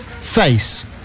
face